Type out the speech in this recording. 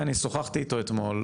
אני שוחחתי איתו אתמול,